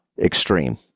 extreme